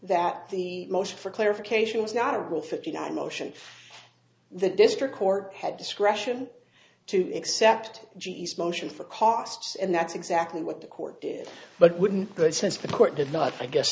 that the most for clarification is not a full fifty nine motion the district court had discretion to accept jesus motion for costs and that's exactly what the court did but wouldn't good sense the court did not i guess